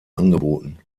angeboten